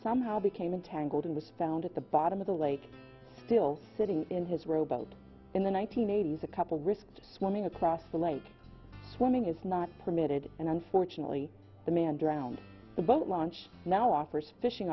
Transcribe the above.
somehow became entangled and was found at the bottom of the lake still sitting in his rowboat in the one nine hundred eighty s a couple risked swimming across the lake swimming is not permitted and unfortunately the man drowned the boat launch now offers fishing